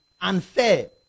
unfair